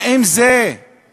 האם זה מצדיק